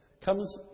comes